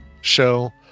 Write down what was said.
show